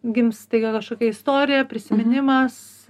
gims staiga kažkokia istorija prisiminimas